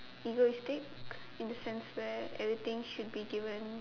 egoistic in the sense that everything should be given